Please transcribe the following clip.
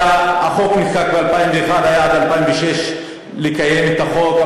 החוק נחקק ב-2001, וב-2006 התחילו לקיים את החוק.